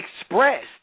expressed